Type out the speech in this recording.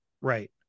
Right